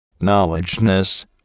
knowledgeness